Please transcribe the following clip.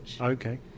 Okay